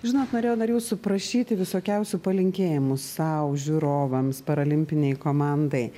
žinot norėjau dar jūsų prašyti visokiausių palinkėjimų sau žiūrovams paralimpinei komandai